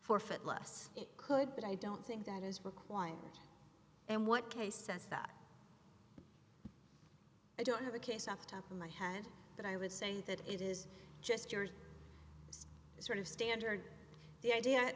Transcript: forfeit less it could but i don't think that is required and what case says that i don't have a case off the top of my head but i would say that it is just your sort of standard the idea